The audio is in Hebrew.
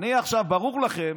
ברור לכם